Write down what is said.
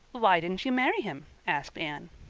why didn't you marry him? asked anne.